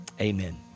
amen